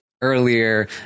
earlier